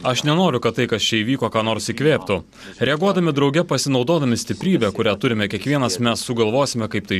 aš nenoriu kad tai kas čia įvyko ką nors įkvėptų reaguodami drauge pasinaudodami stiprybę kurią turime kiekvienas mes sugalvosime kaip tai